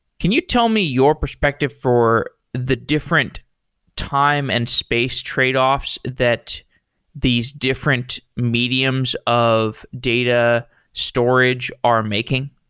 can you tell me your perspective for the different time and space tradeoffs that these different mediums of data storage are making?